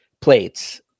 plates